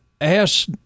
ask